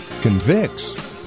convicts